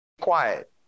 quiet